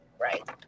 Right